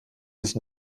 sich